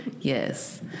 Yes